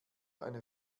eine